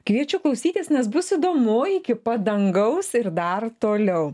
kviečiu klausytis nes bus įdomu iki pat dangaus ir dar toliau